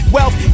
Wealth